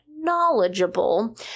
knowledgeable